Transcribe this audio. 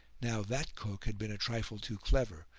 now that cook had been a trifle too clever,